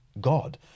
God